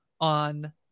on